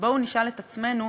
ובואו נשאל את עצמנו,